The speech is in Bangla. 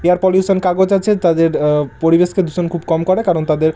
এয়ার পলিউশন কাগজ আছে তাদের পরিবেশকে দূষণ খুব কম করে কারণ তাদের